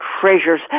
treasures